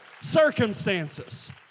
circumstances